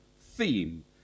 theme